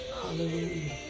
Hallelujah